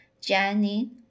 Jenny